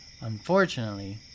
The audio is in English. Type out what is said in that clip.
Unfortunately